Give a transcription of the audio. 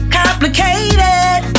complicated